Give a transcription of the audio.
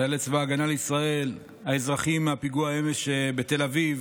חיילי צבא הגנה לישראל והאזרחים מהפיגוע אמש בתל אביב,